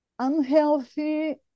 unhealthy